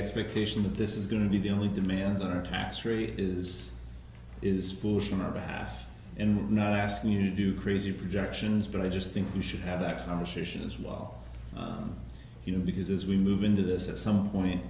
expectation that this is going to be the only demands on our tax rate is is foolish in our behalf and we're not asking you to do crazy projections but i just think you should have that conversation as well you know because as we move into this at some point